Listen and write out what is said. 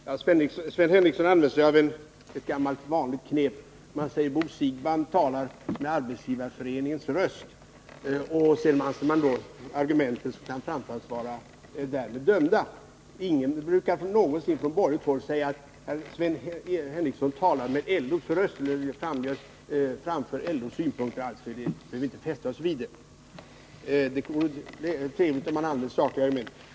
Herr talman! Sven Henricsson använder sig av ett gammalt vanligt knep när han säger att Bo Siegbahn talar med Arbetsgivareföreningens röst, och därmed måste argumenten som framförs vara dömda. Ingen brukar någonsin från borgerligt håll säga att Sven Henricsson talar med LO:s röst och anför LO:s synpunkter — alltså behöver vi inte fästa oss vid det. Det vore trevligt om Sven Henricsson använde sakligare argument.